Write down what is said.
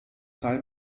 teil